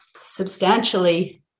substantially